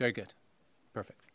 very good perfect